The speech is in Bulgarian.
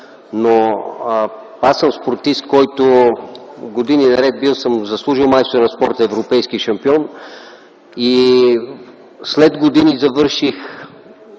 но аз съм спортист. Години наред съм бил заслужил майстор на спорта, европейски шампион. След години завърших